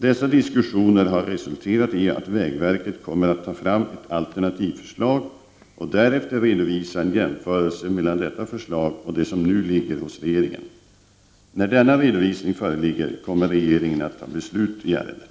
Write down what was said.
Dessa diskussioner har resulterat i att vägverket kommer att ta fram ett alternativförslag och därefter redovisa en jämförelse mellan detta förslag och det som nu ligger hos regeringen. När denna redovisning föreligger kommer regeringen att fatta beslut i ärendet.